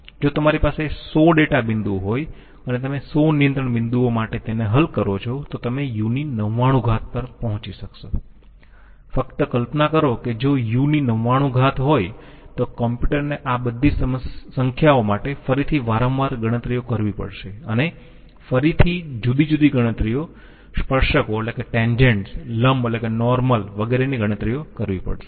જો તમારી પાસે 100 ડેટા બિંદુઓ હોય અને તમે 100 નિયંત્રણ બિંદુઓ માટે તેને હલ કરો છો તો તમે u ની 99 ઘાત પર પહોંચી શકશો ફક્ત કલ્પના કરો કે જો u ની 99 ઘાત હોય તો કમ્પ્યુટર ને આ બધી સંખ્યાઓ માટે ફરીથી વારંવાર ગણતરીઓ કરવી પડશે અને ફરીથી જુદી જુદી ગણતરીઓ સ્પર્શકો લંબ વગેરેની ગણતરીઓ કરવી પડશે